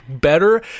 better